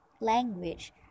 language